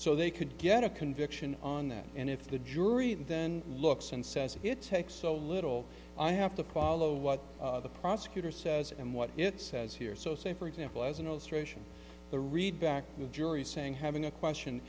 so they could get a conviction on that and if the jury then looks and says it takes so little i have to kuala what the prosecutor says and what it says here so say for example as an illustration the read back to the jury saying having a question